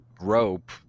rope